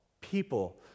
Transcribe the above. people